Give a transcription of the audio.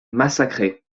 massacrée